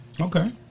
Okay